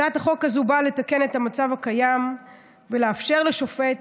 הצעת החוק הזאת באה לתקן את המצב הקיים ולאפשר לשופט